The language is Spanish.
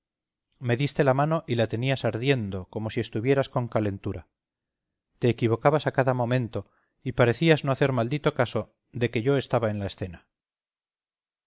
me diste la mano y la tenías ardiendo como si estuvieras con calentura te equivocabas a cada momento y parecías no hacer maldito caso de que yo estaba en la escena